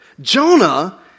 Jonah